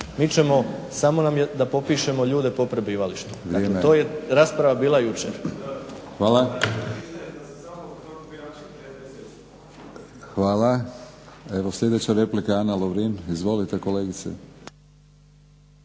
Mi ćemo samo da popišemo ljude po prebivalištu, a to je rasprava bila jučer. **Batinić, Milorad (HNS)** Hvala. Evo sljedeća replika Ana Lovrin. Izvolite kolegice.